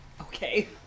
Okay